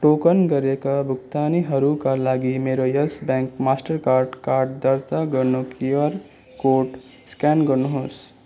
token गरिएका भुक्तानीहरूका लागि मेरो यस ब्याङ्क मास्टरकार्ड कार्ड दर्ता गर्न क्युआर कोड स्क्यान गर्नुहोस्